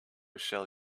shall